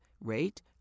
rate